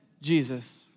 Jesus